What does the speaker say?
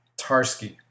Tarski